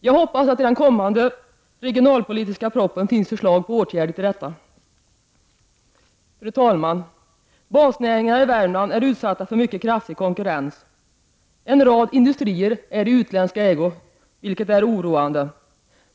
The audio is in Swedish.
Jag hoppas att det i den kommande regionalpolitiska propositionen finns förslag till åtgärder på detta område. Fru talman! Basnäringarna i Värmland är utsatta för mycket kraftig konkurrens. En rad industrier är i utländsk ägo, vilket är oroande.